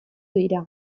dira